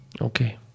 Okay